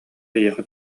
эйиэхэ